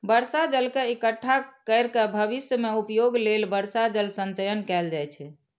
बर्षा जल के इकट्ठा कैर के भविष्य मे उपयोग लेल वर्षा जल संचयन कैल जाइ छै